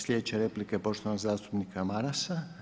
Slijedeća replika je poštovanog zastupnika Marasa.